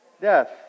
death